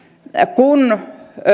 kun